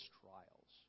trials